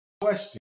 question